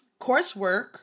coursework